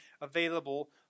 available